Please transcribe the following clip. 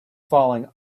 falling